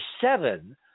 seven